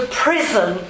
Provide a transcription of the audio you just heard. prison